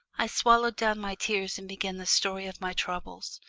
i swallowed down my tears and began the story of my troubles.